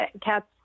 cats